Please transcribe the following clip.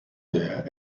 der